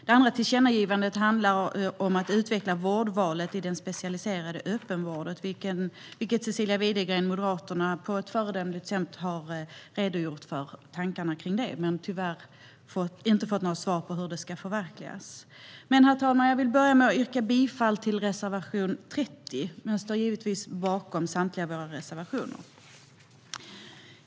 Det andra tillkännagivandet handlar om att utveckla vårdvalet i den specialiserade öppenvården. Cecilia Widegren från Moderaterna har på ett föredömligt sätt redogjort för tankarna kring det men tyvärr inte fått något svar på hur det ska förverkligas. Herr talman! Jag yrkar bifall endast till reservation 30, men står givetvis bakom samtliga våra reservationer.